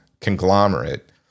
conglomerate